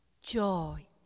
joy